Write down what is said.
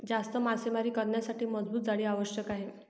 जास्त मासेमारी करण्यासाठी मजबूत जाळी आवश्यक आहे